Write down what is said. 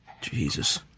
Jesus